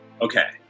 Okay